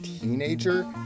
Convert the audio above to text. teenager